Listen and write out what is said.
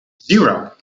zero